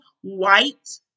white